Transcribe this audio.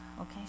okay